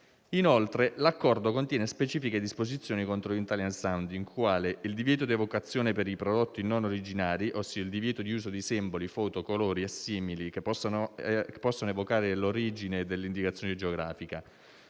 Inoltre, l'Accordo contiene specifiche disposizioni contro l'*italian sounding*, quali il divieto di evocazione per i prodotti non originari (ossia il divieto di uso di simboli, foto, colori e simili che possano evocare l'origine dell'indicazione geografica),